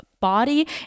body